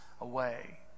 away